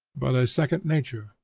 but a second nature,